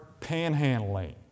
panhandling